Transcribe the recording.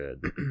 good